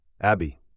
Abby